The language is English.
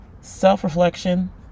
self-reflection